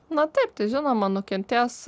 na taip tai žinoma nukentės